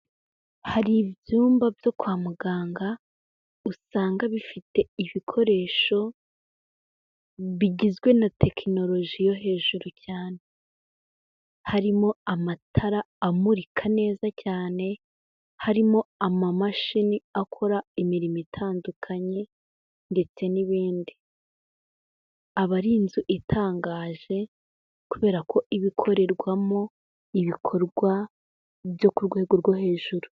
Hari ibyumba byo kwa muganga, usanga bifite ibikoresho bigizwe na tekinoroji yo hejuru cyane, harimo amatara amurika neza cyane, harimo amamashini akora imirimo itandukanye, ndetse n'ibindi, aba ari inzu itangaje kubera ko iba ikorerwamo ibikorwa byo ku rwego rwo hejuru.